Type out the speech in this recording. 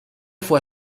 fue